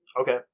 Okay